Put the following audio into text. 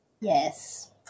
Yes